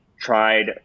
tried